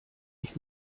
ich